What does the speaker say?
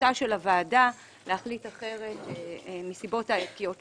זכותה של הוועדה להחליט אחרת מהסיבות הערכיות שלה.